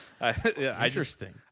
Interesting